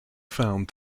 found